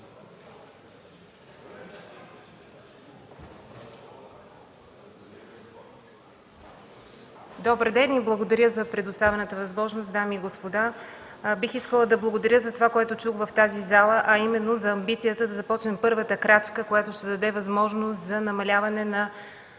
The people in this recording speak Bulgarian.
Добър ден и благодаря за предоставената възможност! Дами и господа, бих искала да благодаря за това, което чух в тази зала, а именно за амбицията да започнем с първата крачка, която ще даде възможност за намаляване на